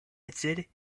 answered